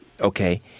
Okay